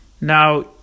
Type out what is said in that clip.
Now